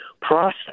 process